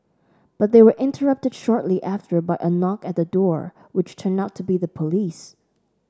but they were interrupted shortly after by a knock at the door which turned out to be the police